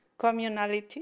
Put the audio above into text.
communality